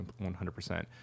100%